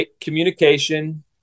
Communication